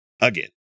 Again